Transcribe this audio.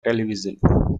television